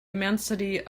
immensity